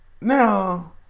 now